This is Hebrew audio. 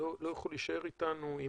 לא יכול להישאר איתנו,